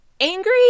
angry